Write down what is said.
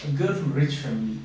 a girl from rich family